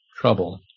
trouble